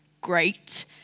great